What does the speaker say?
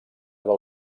del